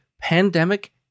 pandemic